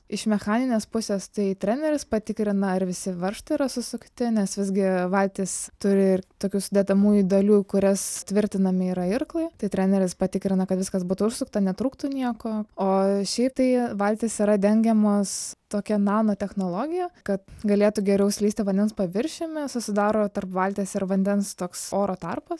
iš mechaninės pusės tai treneris patikrina ar visi varžtai yra susukti nes visgi valtis turi ir tokių sudedamųjų dalių kurias tvirtinami yra irklai tai treneris patikrina kad viskas būtų užsukta netruktų nieko o šiaip tai valtys tai yra dengiamos tokia nanotechnologija kad galėtų geriau slysti vandens paviršiumi susidaro tarp valties ir vandens toks oro tarpas